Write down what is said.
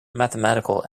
mathematical